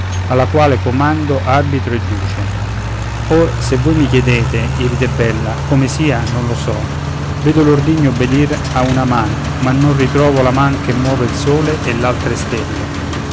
alla quale comando arbitro e duce or se voi mi chiedete iride bella come sia non lo so vedo l'ordigno obbedire a una man ma non ritrovo la man che muove il sole e l'altre stelle